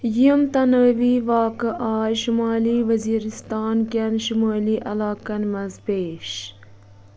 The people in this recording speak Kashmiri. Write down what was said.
یِم تنٲوِی واقعہٕ آے شُمٲلی وزیرستان کٮ۪ن شُمٲلی علاقَن منٛز پیش